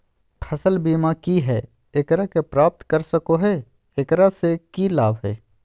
फसल बीमा की है, एकरा के प्राप्त कर सको है, एकरा से की लाभ है?